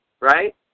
right